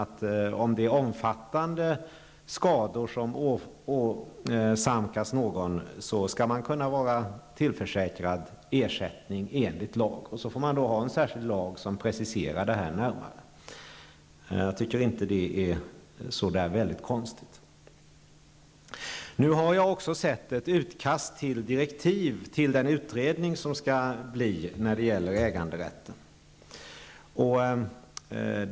Om någon åsamkas omfattande skador, skall denne vara tillförsäkrad ersättning enligt lag, och så får man ha en särskild lag som preciserar detta närmare. Jag tycker inte att det är så väldigt konstigt. Nu har jag också sett ett utkast till direktiv för den utredning som skall syssla med frågan om äganderätten.